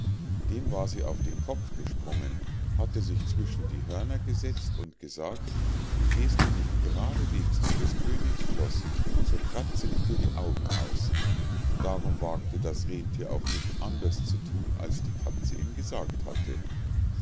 dem war sie auf den kopf gesprungen hatte sich zwischen die hörner gesetzt und gesagt gehst du nicht gradesweges zu des königs schloß so kratze ich dir die augen aus darum wagte das rennthier auch nicht anders zu thun als die katze ihm gesagt hatte